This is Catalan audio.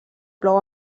plou